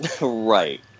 Right